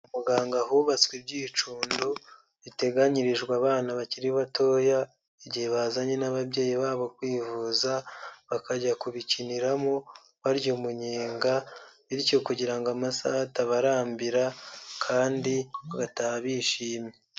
Kwa muganga hubatswe ibyicundo, biteganyirijwe abana bakiri batoya, igihe bazanye n'ababyeyi babo kwivuza, bakajya kubikiniramo barya umunyenga, bityo kugira ngo amasaha atabarambira, kandi bataha bishimye.